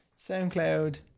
SoundCloud